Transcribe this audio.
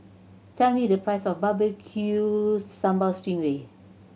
tell me the price of Barbecue Sambal sting ray